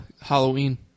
Halloween